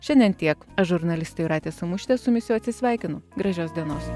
šiandien tiek aš žurnalistė jūratė samušytė su jumis jau atsisveikinu gražios dienos